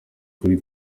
kuri